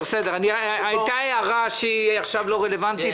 הייתה הערה שהיא עכשיו לא רלוונטית